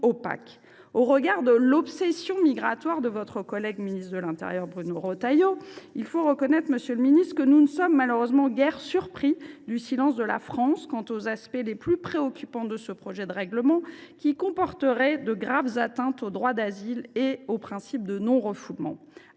Au regard de l’obsession migratoire de votre collègue ministre de l’intérieur Bruno Retailleau, il faut reconnaître, monsieur le ministre, que nous ne sommes malheureusement guère surpris du silence de la France sur les aspects les plus préoccupants de ce projet de règlement, qui comporterait de graves atteintes au droit d’asile et au principe de non refoulement